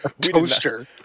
Toaster